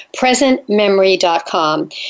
presentmemory.com